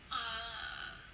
um